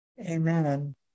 Amen